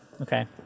Okay